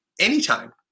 anytime